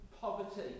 poverty